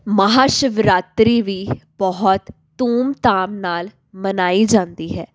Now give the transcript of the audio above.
ਮਹਾਂ ਸ਼ਿਵਰਾਤਰੀ ਵੀ ਬਹੁਤ ਧੂਮਧਾਮ ਨਾਲ ਮਨਾਈ ਜਾਂਦੀ ਹੈ